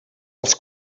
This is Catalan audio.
als